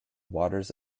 waters